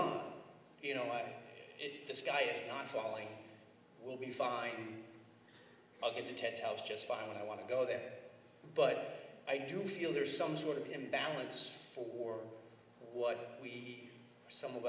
on you know why this guy is not following we'll be fine i'll get to ted's house just fine when i want to go there but i do feel there's some sort of imbalance for what we some of